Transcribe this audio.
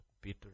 Peter